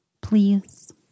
please